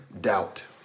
doubt